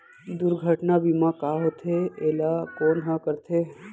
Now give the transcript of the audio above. दुर्घटना बीमा का होथे, एला कोन ह करथे?